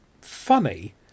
funny